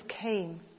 came